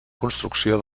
construcció